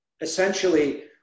essentially